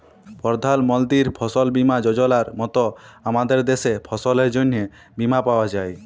পরধাল মলতির ফসল বীমা যজলার মত আমাদের দ্যাশে ফসলের জ্যনহে বীমা পাউয়া যায়